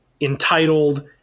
entitled